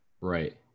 Right